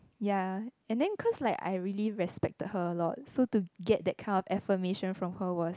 ya and then cause like I really respected her a lot so to get that kind of affirmation from her was